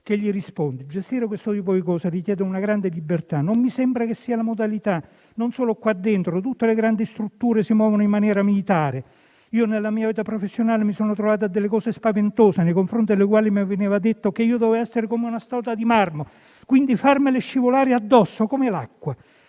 che gli risponde: "gestire questo tipo di cose richiede una grande libertà; non mi sembra che sia la modalità non solo qua dentro, ma in tutte le grandi strutture, che si muovono in maniera militare; nella mia vita professionale, mi sono trovata di fronte a cose spaventose, nei confronti delle quali mi veniva detto che dovevo essere come una statua di marmo, quindi farmele scivolare addosso come l'acqua